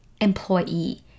employee